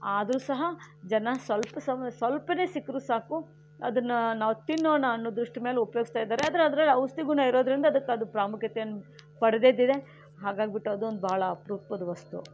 ಆದರೂ ಸಹ ಜನ ಸ್ವಲ್ಪ ಸ್ವ ಸ್ವಲ್ಪವೇ ಸಿಕ್ಕರೂ ಸಾಕು ಅದನ್ನು ನಾವು ತಿನ್ನೋಣ ಅನ್ನೋ ದೃಷ್ಟಿ ಮೇಲೆ ಉಪಯೋಗಿಸ್ತಾ ಇದ್ದಾರೆ ಆದರೆ ಅದರ ಔಷಧಿ ಗುಣ ಇರೋದ್ರಿಂದ ಅದಕ್ಕೆ ಅದು ಪ್ರಾಮುಖ್ಯತೆಯನ್ನು ಪಡೆದಿದೆ ಹಾಗಾಗಿಬಿಟ್ಟು ಅದೊಂದು ಅಪರೂಪದ ವಸ್ತು